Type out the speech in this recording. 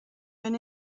been